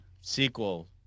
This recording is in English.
sequel